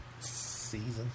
season